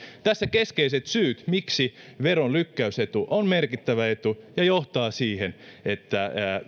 tässä keskeiset syyt miksi veron lykkäysetu on merkittävä etu ja johtaa siihen että